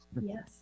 yes